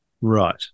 Right